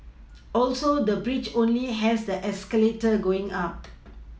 also the bridge only has the escalator going up